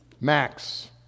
Max